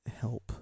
help